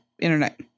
internet